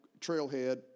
trailhead